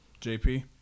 JP